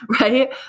right